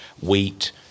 wheat